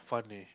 fun eh